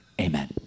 amen